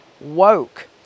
woke